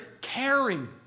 caring